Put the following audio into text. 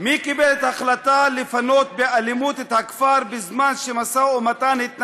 מי קיבל את ההחלטה לפנות באלימות את הכפר בזמן שהתנהל משא-ומתן?